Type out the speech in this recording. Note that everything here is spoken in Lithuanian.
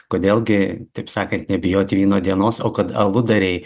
kodėl gi taip sakant nebijoti vyno dienos o kad aludariai